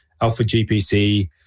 alpha-GPC